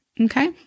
Okay